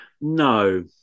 no